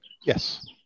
Yes